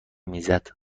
میزد